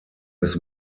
his